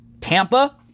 Tampa